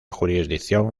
jurisdicción